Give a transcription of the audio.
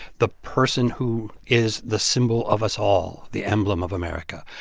the person who is the symbol of us all, the emblem of america.